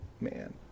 man